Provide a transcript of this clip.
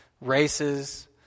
races